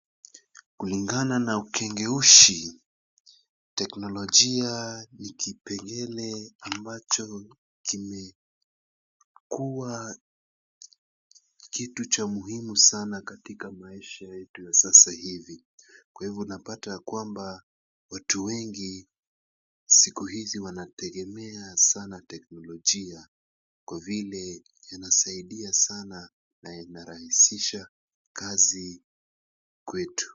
Kulingana na ukengeushi, teknolojia ni kipengele ambacho kimekua kitu cha muhimu sana katika maisha yetu ya sasa hivi. Kwa hivyo unapata yakwamba, watu wengi siku hizo wanategemea sana teknolojia kwa vile inasaidia sana na inarahisisha kazi kwetu.